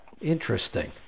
Interesting